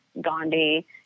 Gandhi